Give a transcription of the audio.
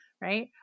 right